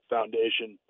Foundation